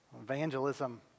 Evangelism